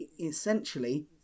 essentially